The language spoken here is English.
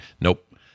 Nope